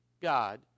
God